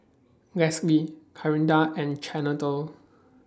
Leslee Clarinda and Chantel